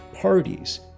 parties